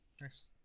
Nice